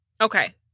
Okay